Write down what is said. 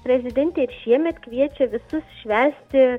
prezidentė ir šiemet kviečia visus švęsti